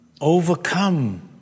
overcome